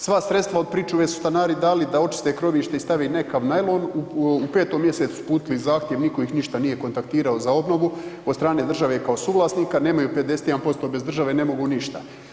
Sva sredstva od pričuve su stanari dali da očiste krovište i stave nekakav najlon, u 5. mjesecu uputili zahtjev, niko ih ništa nije kontaktirao za obnovu od strane države kao suvlasnika, nemaju 51%, bez države ne mogu ništa.